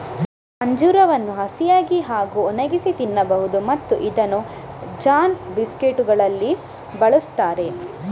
ಅಂಜೂರವನ್ನು ಹಸಿಯಾಗಿ ಹಾಗೂ ಒಣಗಿಸಿ ತಿನ್ನಬಹುದು ಮತ್ತು ಇದನ್ನು ಜಾನ್ ರೋಲ್ಗಳು, ಬಿಸ್ಕೆಟುಗಳಲ್ಲಿ ಬಳಸುತ್ತಾರೆ